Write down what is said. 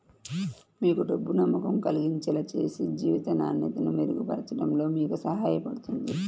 మీకు డబ్బు నమ్మకం కలిగించేలా చేసి జీవిత నాణ్యతను మెరుగుపరచడంలో మీకు సహాయపడుతుంది